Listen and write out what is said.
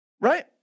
Right